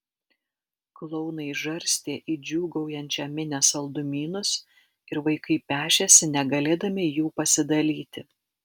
klounai žarstė į džiūgaujančią minią saldumynus ir vaikai pešėsi negalėdami jų pasidalyti